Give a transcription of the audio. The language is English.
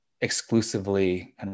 exclusively